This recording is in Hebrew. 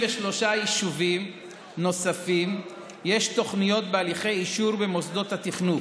ל-33 יישובים נוספים יש תוכניות בהליכי אישור במוסדות התכנון.